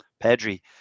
Pedri